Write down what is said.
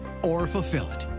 or fulfill it?